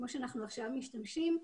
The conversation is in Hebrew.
כמו שאנחנו משתמשים עכשיו,